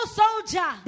soldier